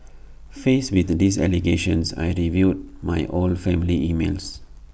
faced with these allegations I reviewed my old family emails